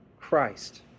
Christ